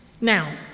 Now